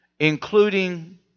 including